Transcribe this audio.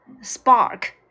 Spark